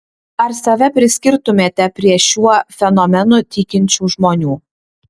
ar save priskirtumėte prie šiuo fenomenu tikinčių žmonių